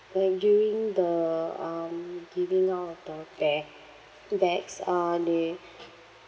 like during the um giving out of the bag bags uh they